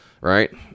right